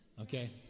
Okay